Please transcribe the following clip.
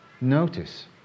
notice